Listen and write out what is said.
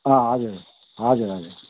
अँ हजुर हजुर हजुर